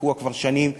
שתקוע כבר שנים.